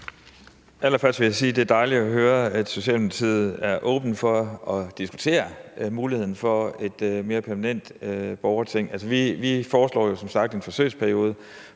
Allerførst vil jeg sige, at det er dejligt at høre, at Socialdemokratiet er åbne for at diskutere muligheden for et mere permanent borgerting. Vi foreslår jo som sagt en forsøgsperiode